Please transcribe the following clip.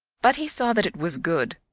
but he saw that it was good,